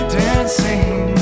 dancing